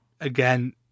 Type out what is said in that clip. Again